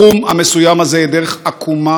המסוים הזה היא דרך עקומה ומעוותת.